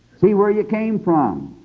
see where you came from.